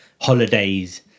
holidays